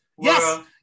yes